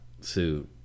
suit